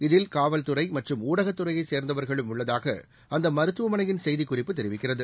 இதில் காவல்துறை மற்றும் ஊடகத்துறையை சேர்ந்தவர்களும் உள்ளதாக அந்த மருத்துவமனையின் செய்திக்குறிப்பு தெரிவிக்கிறது